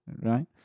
right